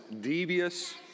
devious